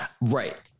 Right